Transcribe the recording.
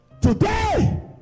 today